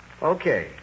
Okay